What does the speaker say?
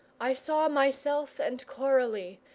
i saw myself and coralie,